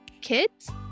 Kids